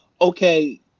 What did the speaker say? okay